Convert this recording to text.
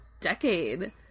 decade